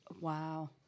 Wow